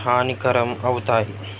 హానికరం అవుతాయి